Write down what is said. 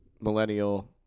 millennial